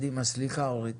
סליחה אורית.